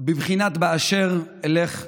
בבחינת: באשר תלך,